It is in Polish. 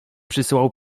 przysyłał